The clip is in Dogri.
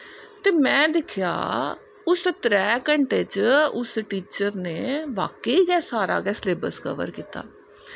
ते में दिक्खेआ उस त्रै घैंटे च उस टीचर नै बाकय गै सारा सिलेबस कवर कीता